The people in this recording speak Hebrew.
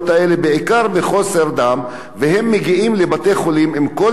והם מגיעים לבית-החולים עם כל מיני מחלות ועם כל מיני תסמונות,